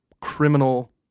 criminal